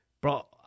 bro